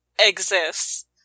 exists